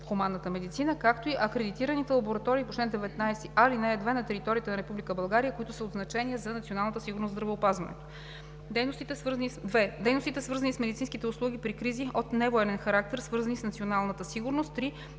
хуманната медицина, както и акредитираните лаборатории по чл. 19а, ал. 2 на територията на Република България, които са от значение за националната сигурност в здравеопазването; 2. дейностите, свързани с медицинските услуги при кризи от невоенен характер, свързани с националната сигурност; 3.